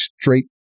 straight